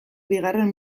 bigarren